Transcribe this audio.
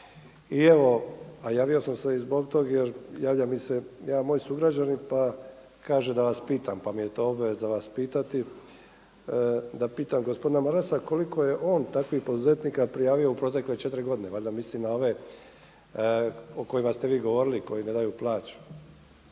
I evo, a javio sam se i zbog tog jer javio mi se jedan moj sugrađanin pa kaže da vas pitam, pa mi je to obveza vas pitati da pitam gospodina Marasa koliko je on takvih poduzetnika prijavio u protekle četiri godine. Valjda misli na ove o kojima ste vi govorili koji ne daju plaću,